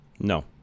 No